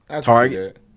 Target